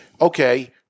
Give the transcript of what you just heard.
okay